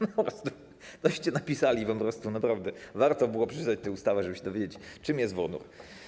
No, toście napisali po prostu, naprawdę... warto było przeczytać tę ustawę, żeby się dowiedzieć, czym jest wodór.